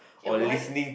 ya why